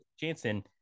Jansen